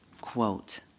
quote